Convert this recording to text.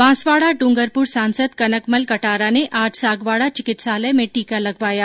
बांसवाड़ा ड्रंगरपुर सांसद कनकमल कटारा ने आज सागवाड़ा चिकित्सालय में टीका लगवाया